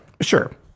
sure